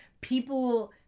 people